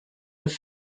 i’ve